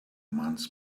months